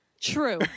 True